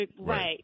right